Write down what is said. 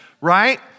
right